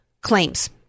claims